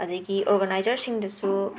ꯑꯗꯒꯤ ꯑꯣꯔꯒꯅꯥꯏꯖꯔꯁꯤꯡꯗꯁꯨ